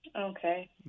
Okay